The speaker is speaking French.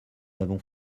avons